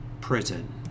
prison